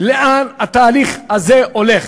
לאן התהליך הזה הולך.